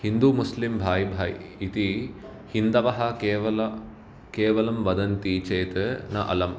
हिन्दु मुस्लिम् भाय् भाय् इति हिन्दवः केवलं केवलं वदन्ति चेत् न अलम्